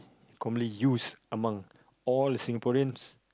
commonly used among all the Singaporeans